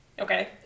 Okay